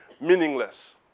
meaningless